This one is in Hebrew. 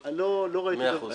אני לא ראיתי --- מאה אחוז.